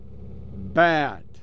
bad